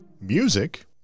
Music